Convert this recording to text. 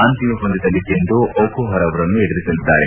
ಅಂತಿಮ ಪಂದ್ಯದಲ್ಲಿ ಸಿಂಧು ಒಕೂಪರವರನ್ನು ಎದುರಿಸಲಿದ್ದಾರೆ